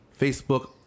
Facebook